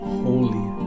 holy